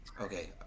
okay